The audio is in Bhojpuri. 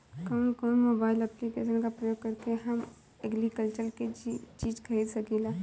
कउन कउन मोबाइल ऐप्लिकेशन का प्रयोग करके हम एग्रीकल्चर के चिज खरीद सकिला?